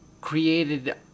created